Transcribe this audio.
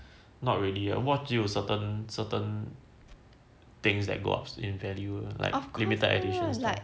not really watch 只有 certain certain things that go up in value like limited edition